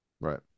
Right